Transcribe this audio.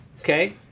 Okay